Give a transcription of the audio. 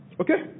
Okay